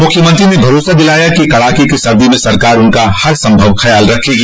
मुख्यमंत्री ने भरोसा दिलाया कि इस कड़ाके की सर्दी म सरकार उनका हर संभव ख्याल रखेगी